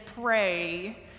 pray